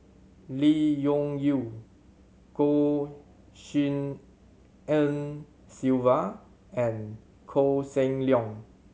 Lee Yung Yew Goh Tshin En Sylvia and Koh Seng Leong